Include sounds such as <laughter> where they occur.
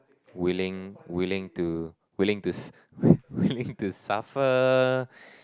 willing willing to willing to <breath> willing to suffer